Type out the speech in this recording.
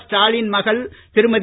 ஸ்டாலின் மகள் திருமதி